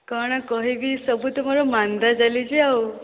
କ'ଣ କହିବି ସବୁ ତ ମୋର ମାନ୍ଦା ଚାଲିଛି ଆଉ